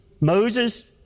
Moses